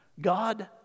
God